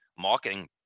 marketing